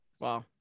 Wow